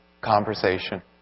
conversation